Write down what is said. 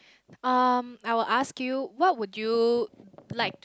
um I will ask you what would you like